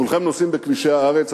כולכם נוסעים בכבישי הארץ,